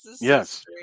yes